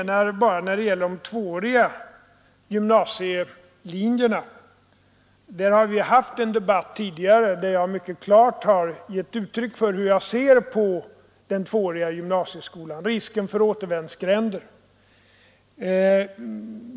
När det gäller de tvååriga gymnasielinjerna har vi haft en debatt tidigare, där jag mycket klart gett uttryck för hur jag ser på den tvååriga gymnasieskolan och risken för återvändsgränder.